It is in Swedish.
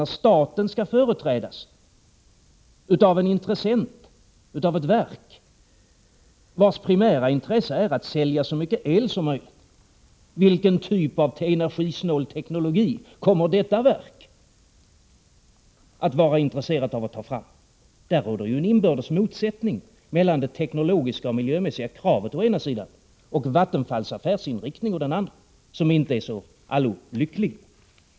När staten skall företrädas av en intressent — av ett verk — vars primära intresse är att sälja så mycket el som möjligt, vilken typ av energisnål teknologi kommer detta verk att vara intresserat av att ta fram? Där råder ju en inbördes motsättning mellan det teknologiska och det miljömässiga kravet å ena sidan och Vattenfalls affärsinriktning å den andra, som inte är så i allo lycklig.